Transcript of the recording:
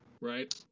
right